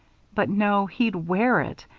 but no, he'd wear it.